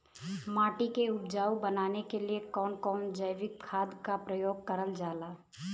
माटी के उपजाऊ बनाने के लिए कौन कौन जैविक खाद का प्रयोग करल जाला?